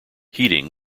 heating